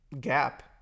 gap